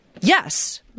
Yes